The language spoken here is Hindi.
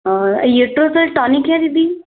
युट्रोसिल टॉनिक है दीदी